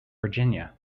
virginia